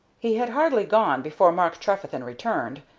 he had hardly gone before mark trefethen returned,